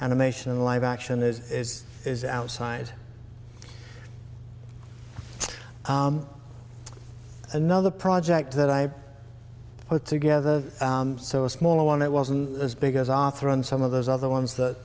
animation live action is is outside another project that i put together so a smaller one it wasn't as big as author on some of those other ones that